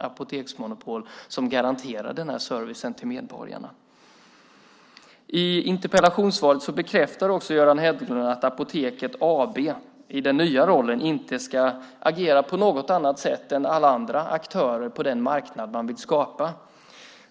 apoteksmonopol som garanterar denna service till medborgarna? I interpellationssvaret bekräftar också Göran Hägglund att Apoteket AB i den nya rollen inte ska agera på något annat sätt än alla andra aktörer på den marknad man vill skapa.